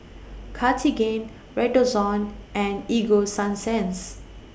Cartigain Redoxon and Ego Sunsense